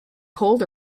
cold